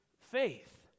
faith